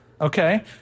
okay